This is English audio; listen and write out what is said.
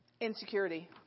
Insecurity